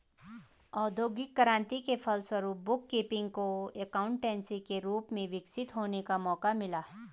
औद्योगिक क्रांति के फलस्वरूप बुक कीपिंग को एकाउंटेंसी के रूप में विकसित होने का मौका मिला